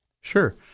Sure